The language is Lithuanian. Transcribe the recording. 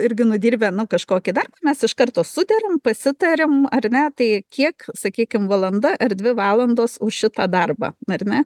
irgi nudirbę nu kažkokį darbą mes iš karto sutariam pasitariam ar ne tai kiek sakykim valanda ar dvi valandos už šitą darbą ar ne